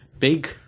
Big